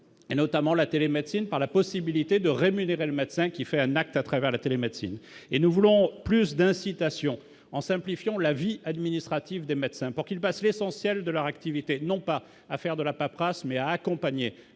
et notamment la télémédecine par la possibilité de rémunérer le médecin qui fait un acte à travers la télémédecine et nous voulons plus d'incitation en simplifiant la vie administrative des médecins pour qu'il passe l'essentiel de la réactivité, non pas à faire de la paperasse, mais à accompagner